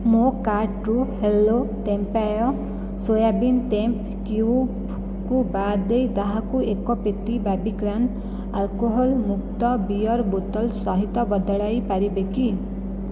ମୋ କାର୍ଟରୁ Hello Tempayy soybean tempeh କ୍ୟୁବ୍କୁ ବାଦ ଦେଇ ତାହାକୁ ଏକ ପେଟି ବାର୍ବିକାନ୍ ଆଲକୋହଲ୍ ମୁକ୍ତ ବିୟର୍ ବୋତଲ ସହିତ ବଦଳାଇ ପାରିବେ କି